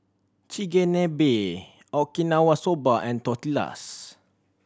Chigenabe Okinawa Soba and Tortillas